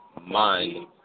mind